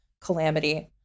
calamity